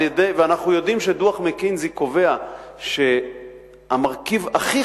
ואנחנו יודעים שדוח "מקינזי" קובע שהמרכיב הכי